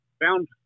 found